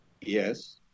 yes